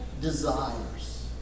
desires